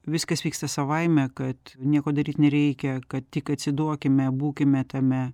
viskas vyksta savaime kad nieko daryt nereikia kad atsiduokime būkime tame